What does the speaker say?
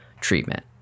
treatment